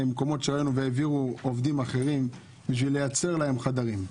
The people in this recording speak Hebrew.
והעבירו עובדים אחרים בשביל לייצר להם חדרים.